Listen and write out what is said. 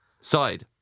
Side